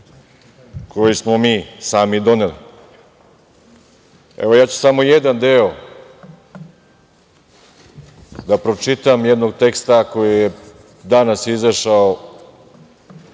koji smo mi sami doneli. Ja ću samo jedan deo da pročitam, jednog teksta, koji je danas izašao